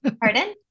Pardon